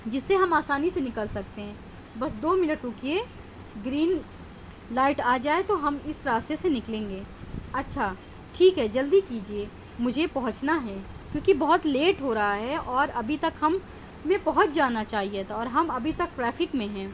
جس سے ہم آسانی سے نکل سکتے ہیں بس دو منٹ رکیے گرین لائٹ آ جائے تو ہم اس راستے سے نکلیں گے اچھا ٹھیک ہے جلدی کیجیے مجھے پہنچنا ہے کیونکہ بہت لیٹ ہو رہا ہے اور ابھی تک ہم پہنچ جانا چاہیے تھا اور ہم ابھی تک ٹریفک میں ہیں